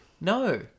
No